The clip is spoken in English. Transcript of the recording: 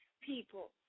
people